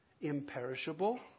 Imperishable